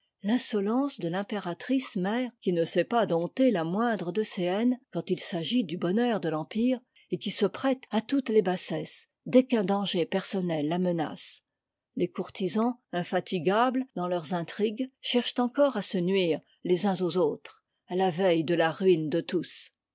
l'insolence de l'impératrice mère qui ne sait pas dompter la moin l'e de ses haines quand il s'agit du bonheur de l'empire et qui se prête à toutes les bassesses dès qu'un danger personnel la menace les courtisans infatigables dans leurs intrigues cherchent encore à se nuire les uns aux autres à la veille de la ruine de tous